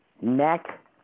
neck